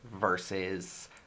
versus